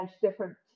different